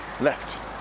Left